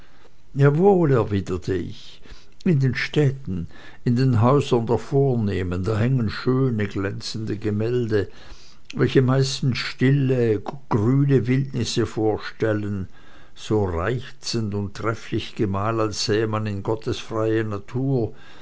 jawohl erwiderte ich in den städten in den häusern der vornehmen da hängen schöne glänzende gemälde welche meistens stille grüne wildnisse vorstellen so reizend und trefflich gemalt als sähe man in gottes freie natur